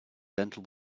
dental